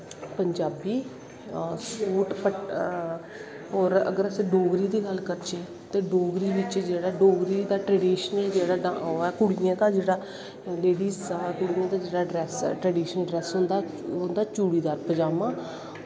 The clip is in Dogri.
पंजाबी सूट और अगर अस डोगरी दी गल्ल करचै ते डोगरी बिच्च डोगरी दा जेह्ड़ा ट्रडिशनल ओह् ऐ कुड़ियें दा जेह्ड़ा ड्रैेस्स ऐ कुड़ियें दा जेह्ड़ा ड्रैस्स ऐ ट्रडिशनल ड्रैस होंदा ओह् होंदा चूड़ीदार पजामां